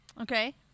Okay